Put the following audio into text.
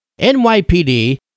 NYPD